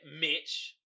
Mitch